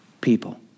people